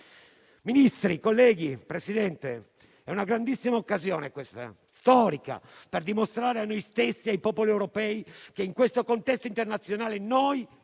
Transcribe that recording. Ministri, colleghi, Presidente, questa è una grandissima occasione, storica, per dimostrare a noi stessi e ai popoli europei che, in questo contesto internazionale,